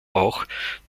auch